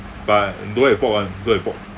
but don't have pork [one] don't have pork